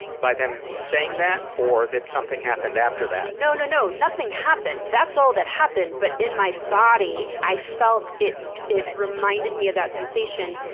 by them saying that or that something happened after that? no, no, no. nothing happened. that's all that happened, but in my body, i felt it it reminded me of that sensation,